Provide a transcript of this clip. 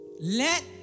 let